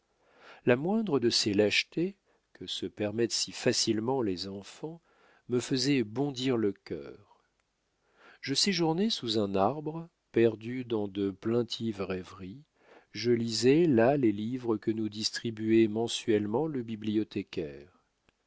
la moindre de ces lâchetés que se permettent si facilement les enfants me faisait bondir le cœur je séjournais sous un arbre perdu dans de plaintives rêveries je lisais là les livres que nous distribuait mensuellement le bibliothécaire